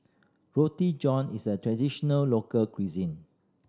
Roti John is a traditional local cuisine